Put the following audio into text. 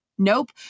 Nope